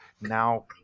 now